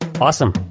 Awesome